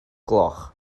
gloch